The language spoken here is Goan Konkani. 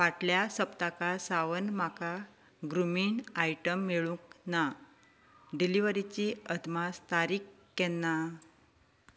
फाटल्या सप्तका सावन म्हाका ग्रूमिंग आयटम मेळूंक ना डिलिव्हरीची अदमास तारीक केन्ना